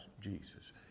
Jesus